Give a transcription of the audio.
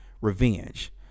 Revenge